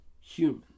human